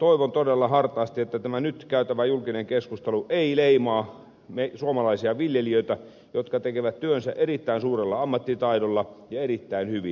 toivon todella hartaasti että tämä nyt käytävä julkinen keskustelu ei leimaa suomalaisia viljelijöitä jotka tekevät työnsä erittäin suurella ammattitaidolla ja erittäin hyvin